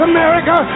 America